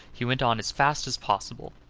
he went on as fast as possible.